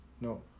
No